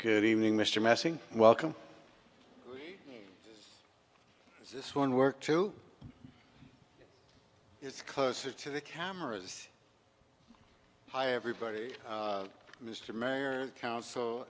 good evening mr messing welcome this one work to it's closer to the cameras hi everybody mr mayor coun